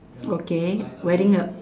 okay wearing a